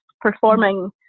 performing